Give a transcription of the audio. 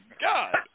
God